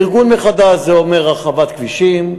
ארגון מחדש זה אומר הרחבת כבישים,